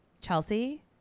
chelsea